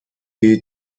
对于